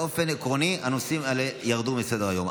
באופן עקרוני, הנושאים האלה ירדו מסדר-היום.